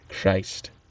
Christ